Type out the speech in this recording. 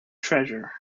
treasure